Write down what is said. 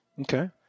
Okay